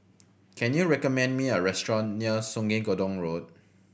can you recommend me a restaurant near Sungei Gedong Road